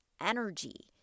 energy